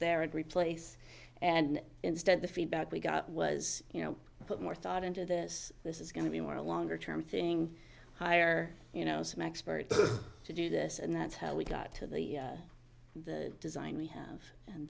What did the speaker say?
there and replace and instead the feedback we got was you know put more thought into this this is going to be more a longer term thing hire you know some expertise to do this and that's how we got to the design we have and